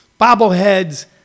Bobbleheads